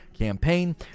campaign